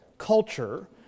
culture